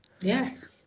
Yes